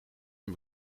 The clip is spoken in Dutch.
een